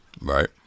Right